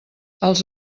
els